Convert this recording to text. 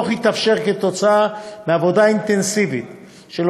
הדוח התאפשר בזכות עבודה אינטנסיבית של